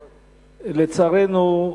לצערנו,